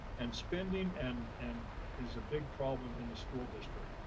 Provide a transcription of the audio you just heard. and spending and and is a big problem in the school district.